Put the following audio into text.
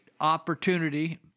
opportunity